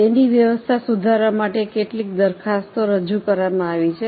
તેની વ્યવસ્થા સુધારવા માટે કેટલીક દરખાસ્તો રજૂ કરવામાં આવી છે